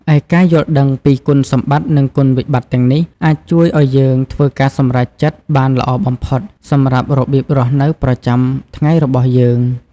ឯការយល់ដឹងពីគុណសម្បត្តិ និងគុណវិបត្តិទាំងនេះ អាចជួយឱ្យយើងធ្វើការសម្រេចចិត្តបានល្អបំផុតសម្រាប់របៀបរស់នៅប្រចាំថ្ងៃរបស់យើង។